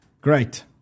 Great